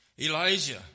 Elijah